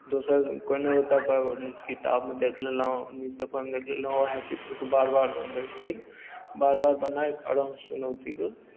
दोसर कोइ नहि बताए पाबै रहै तऽ किताबमे देखि लेलहुँ न्यूजपेपरमे देखि लेलहुँ उएह चित्रके बार बार बनबैत रहियै बार बार बनाय कऽ आरामसँ चुनौतीके